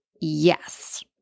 yes